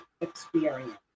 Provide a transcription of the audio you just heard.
experience